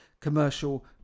commercial